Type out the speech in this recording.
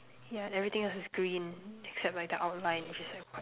yeah and everything is just green except like the outline which is like white